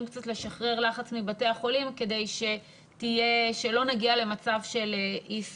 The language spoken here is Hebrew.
לשחרר לחץ מבתי החולים כדי שלא נגיע למצב של אי ספיקה.